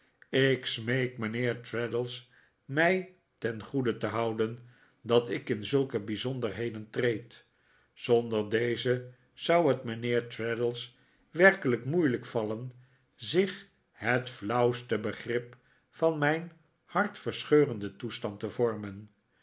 ik smeek mijnheer traddles mij ten goede te houden dat ik in zulke bijzonderheden treed zonder deze zou het mijnheer traddles werkelijk moeilijk vallen zich het flauwste begrip van mijn hartverscheurenden toestand te vormen